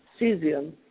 cesium